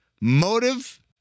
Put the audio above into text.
motive